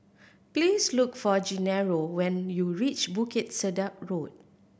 please look for Genaro when you reach Bukit Sedap Road